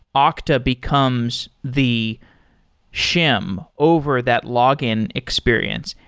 ah okta becomes the shim over that login experience.